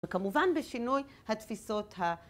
וכמובן בשינוי התפיסות ה...